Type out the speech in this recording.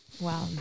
Wow